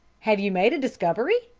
have you made a discovery?